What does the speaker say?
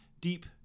deep